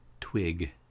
Twig